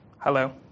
Hello